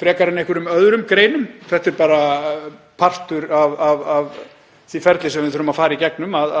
frekar en í einhverjum öðrum greinum? Það er bara partur af því ferli sem við þurfum að fara í gegnum að